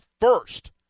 first